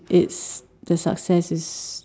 it's the success is